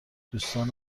دوستان